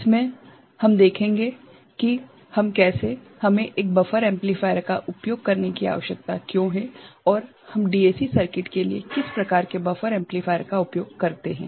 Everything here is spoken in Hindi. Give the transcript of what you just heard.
इसमें हम देखेंगे कि हम कैसे हमें एक बफर एम्पलीफायर का उपयोग करने की आवश्यकता क्यों है और हम DAC सर्किट के लिए किस प्रकार के बफर एम्पलीफायर का उपयोग करते हैं